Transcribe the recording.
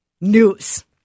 news